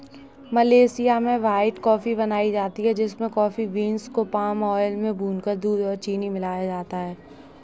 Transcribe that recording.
Malaysia में white coffee बनाई जाती है जिसमें कॉफी बींस को पाम आयल में भूनकर दूध और चीनी मिलाया जाता है